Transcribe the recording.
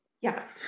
yes